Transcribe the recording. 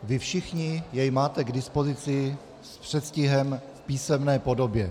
Vy všichni jej máte k dispozici s předstihem v písemné podobě.